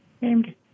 named